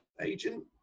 agent